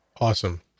awesome